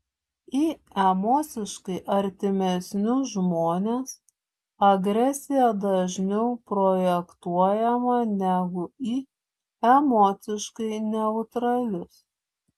į emociškai artimesnius žmones agresija dažniau projektuojama negu į emociškai neutralius